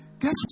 Guess